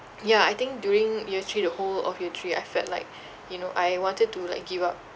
ya I think during year three the whole of year three I felt like you know I wanted to like give up